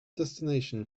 destination